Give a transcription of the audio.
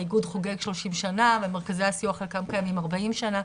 האיגוד חוגג 30 שנה ומרכזי הסיוע חלקם קיימים כבר 40 שנה,